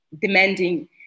demanding